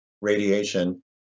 radiation